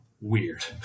Weird